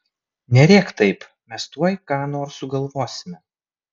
nerėk taip mes tuoj ką nors sugalvosime